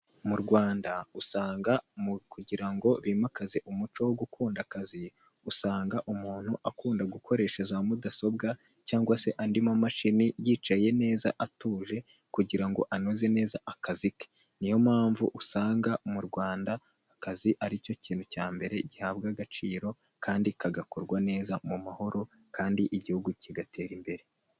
Mu Rwanda usanga mu kugira ngo bimakaze umuco wo gukunda akazi, usanga umuntu akunda gukoresha za mudasobwa cyangwa se andi mamashini yicaye neza atuje, kugira ngo anoze neza akazi ke, niyo mpamvu usanga mu Rwanda akazi aricyo kintu cya mbere gihabwa agaciro kandi kagakorwa neza mu mahoro kandi igihugu kigatera imbere.